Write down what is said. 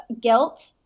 guilt